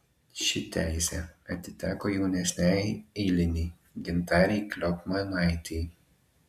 ši teisė atiteko jaunesniajai eilinei gintarei kliopmanaitei